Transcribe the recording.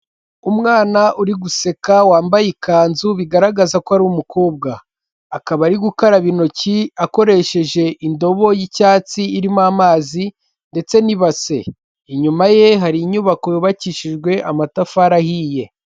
Umwana uri guseka wambaye ikanzu bigaragaza ko ari umukobwa, akaba ari gukaraba intoki akoresheje indobo y'icyatsi irimo amazi ndetse n'ibase, inyuma ye hari inyubako y'ubakishijwe amatafari ahiye.